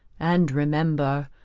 and remember,